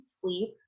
sleep